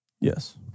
Yes